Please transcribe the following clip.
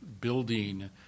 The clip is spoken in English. building